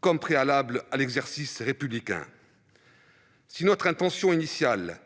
comme préalable à l'exercice républicain. Si votre intention initiale